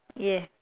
yeah